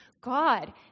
God